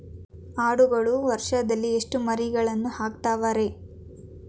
ಆಡುಗಳು ವರುಷದಲ್ಲಿ ಎಷ್ಟು ಮರಿಗಳನ್ನು ಹಾಕ್ತಾವ ರೇ?